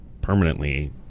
permanently